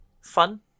fun